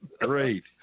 Great